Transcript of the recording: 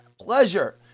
pleasure